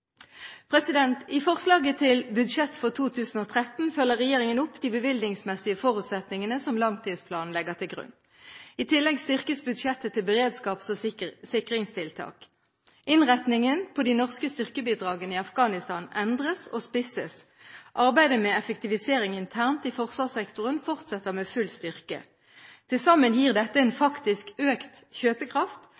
I forslaget til budsjett for 2013 følger regjeringen opp de bevilgningsmessige forutsetningene som langtidsplanen legger til grunn. I tillegg styrkes budsjettet til beredskaps- og sikringstiltak. Innretningen på de norske styrkebidragene i Afghanistan endres og spisses. Arbeidet med effektivisering internt i forsvarssektoren fortsetter med full styrke. Til sammen gir dette en